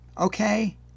okay